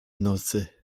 nocy